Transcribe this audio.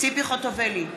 ציפי חוטובלי,